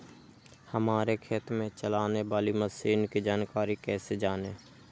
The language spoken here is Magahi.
हमारे खेत में चलाने वाली मशीन की जानकारी कैसे जाने?